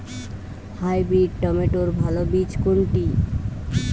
Hybrid টমেটোর ভালো বীজ কোনটি?